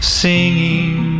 singing